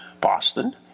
Boston